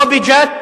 לא בג'ת,